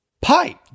Pipe